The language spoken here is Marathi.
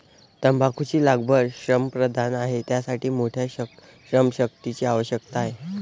तंबाखूची लागवड श्रमप्रधान आहे, त्यासाठी मोठ्या श्रमशक्तीची आवश्यकता आहे